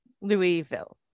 Louisville